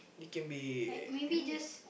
it can be anything